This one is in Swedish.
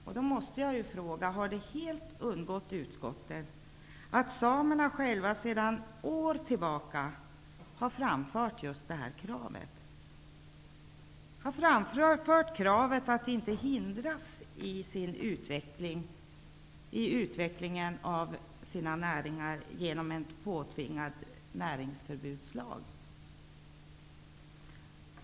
Jag måste därför fråga om det helt har undgått utskottet att samerna själva sedan år tillbaka har framfört just detta krav. Samerna har framfört kravet att de inte skall hindras i utvecklingen av sina näringar genom en påtvingad näringsförbudslag.